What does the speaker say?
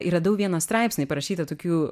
ir radau vieną straipsnį parašytą tokių